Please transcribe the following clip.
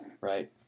Right